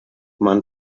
man